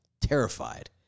Terrified